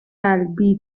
قلبی